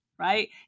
Right